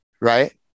right